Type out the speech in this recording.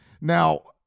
Now